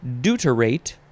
Deuterate